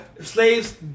Slaves